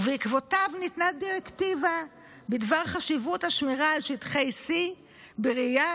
ו"בעקבותיו ניתנה דירקטיבה בדבר חשיבות השמירה על שטחי C בראייה